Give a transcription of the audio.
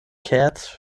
cats